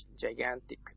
gigantic